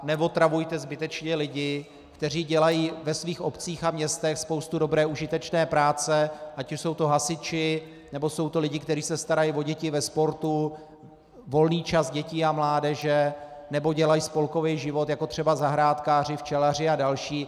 Neotravujte zbytečně lidi, kteří dělají ve svých obcích a městech spoustu dobré užitečné práce, ať už jsou to hasiči, nebo jsou to lidé, kteří se starají o děti ve sportu, volný čas dětí a mládeže, nebo dělají spolkový život, jako třeba zahrádkáři, včelaři a další.